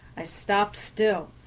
i stopped still,